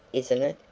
isn't it?